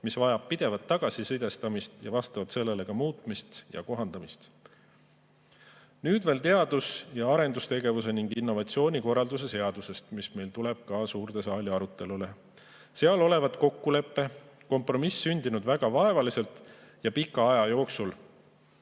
mis vajab pidevat tagasisidestamist ja vastavalt sellele ka muutmist ja kohandamist. Nüüd veel teadus- ja arendustegevuse ning innovatsiooni korralduse seaduse [eelnõust], mis meil tuleb ka suurde saali arutelule. Seal olevat kokkulepe, kompromiss sündinud väga vaevaliselt ja pika aja jooksul,